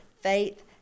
Faith